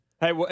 Hey